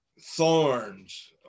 thorns